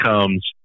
comes